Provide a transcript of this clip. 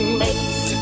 makes